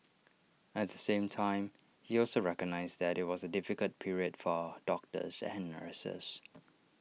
at the same time he also recognised that IT was A difficult period for doctors and nurses